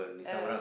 ah